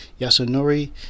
Yasunori